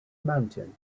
mountain